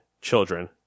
children